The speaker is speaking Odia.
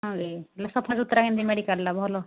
ହଁ କି ହେଲେ ସଫା ସୁତରା କେମିତି ମେଡ଼ିକାଲ୍ଟା ଭଲ